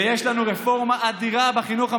ויש לנו רפורמה אדירה בחינוך המיוחד,